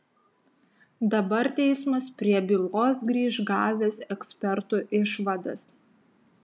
dabar teismas prie bylos grįš gavęs ekspertų išvadas